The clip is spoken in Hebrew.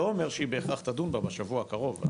לא אומר שהיא בהכרח תדון בה בשבוע הקרוב,